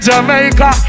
Jamaica